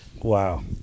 wow